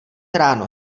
ráno